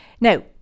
Now